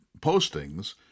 postings